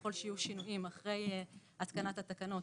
ככל שיהיו שינויים אחרי התקנת התקנות,